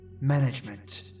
Management